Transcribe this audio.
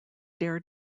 dare